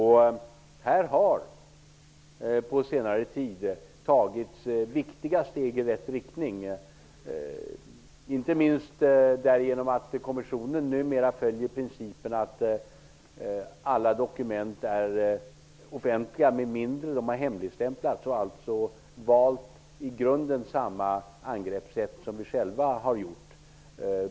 Här har på senare tid tagits viktiga steg i rätt riktning, inte minst därigenom att kommissionen numera följer principen att alla dokument är offentliga om de inte har hemligstämplats. I grunden har kommissionen valt samma angreppssätt som vi själva har valt.